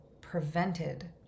prevented